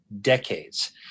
decades